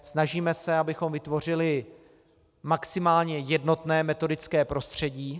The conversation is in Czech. Snažíme se, abychom vytvořili maximálně jednotné metodické prostředí.